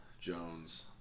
Jones